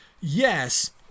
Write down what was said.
Yes